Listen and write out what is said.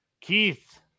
keith